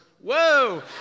Whoa